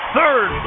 third